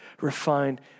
refined